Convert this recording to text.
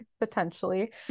potentially